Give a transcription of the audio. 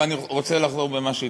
ואני רוצה לחזור למה שהתחלתי.